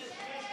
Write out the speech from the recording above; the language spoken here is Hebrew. יש, יש פה.